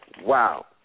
Wow